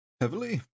heavily